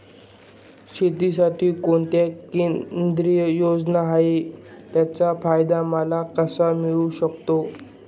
शेतीसाठी कोणत्या केंद्रिय योजना आहेत, त्याचा फायदा मला कसा मिळू शकतो?